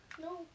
No